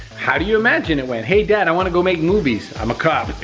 how do you imagine it went? hey, dad, i wanna go make movies. i'm a cop.